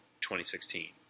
2016